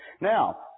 Now